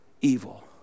evil